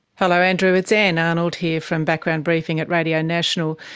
hello andrew, it's ann arnold here from background briefing at radio national.